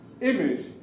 image